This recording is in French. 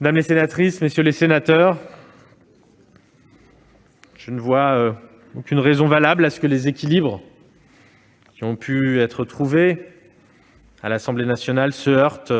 Mesdames, messieurs les sénateurs, je ne vois aucune raison valable à ce que les équilibres trouvés à l'Assemblée nationale se heurtent